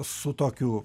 su tokiu